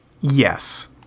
Yes